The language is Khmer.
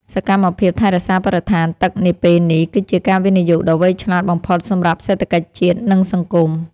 សកម្មភាពថែរក្សាបរិស្ថានទឹកនាពេលនេះគឺជាការវិនិយោគដ៏វៃឆ្លាតបំផុតសម្រាប់សេដ្ឋកិច្ចជាតិ និង សង្គម។